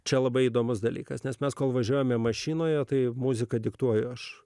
čia labai įdomus dalykas nes mes kol važiuojame mašinoje tai muzika diktuoja aš